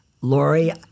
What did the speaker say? Lori